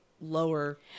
lower